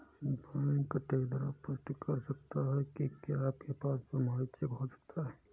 Bank teller पुष्टि कर सकता है कि क्या आपके पास प्रमाणित चेक हो सकता है?